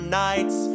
nights